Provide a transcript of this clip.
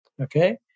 okay